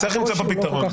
צריך למוצא כאן פתרון.